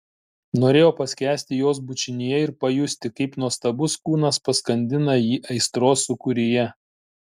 norėjo paskęsti jos bučinyje ir pajusti kaip nuostabus kūnas paskandina jį aistros sūkuryje